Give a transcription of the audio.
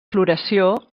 floració